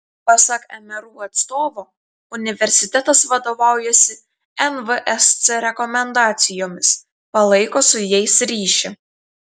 pasak mru atstovo universitetas vadovaujasi nvsc rekomendacijomis palaiko su jais ryšį